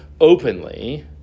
openly